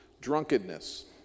Drunkenness